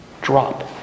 drop